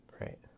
right